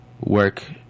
work